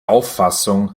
auffassung